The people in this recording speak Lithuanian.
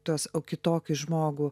tuos kitokį žmogų